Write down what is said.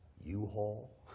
U-Haul